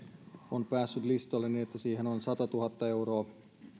on päässyt listoille niin että siihen on satatuhatta euroa